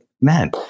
man